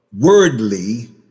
wordly